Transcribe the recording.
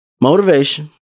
motivation